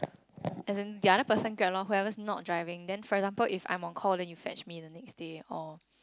as in the other person grab loh whoever's not driving then for example if I'm on call then you fetch me the next day or